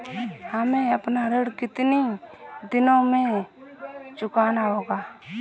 हमें अपना ऋण कितनी दिनों में चुकाना होगा?